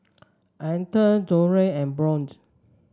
Althea Julio and Bjorn